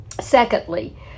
Secondly